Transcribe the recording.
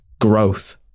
growth